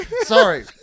Sorry